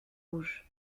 rouges